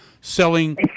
selling